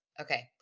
Okay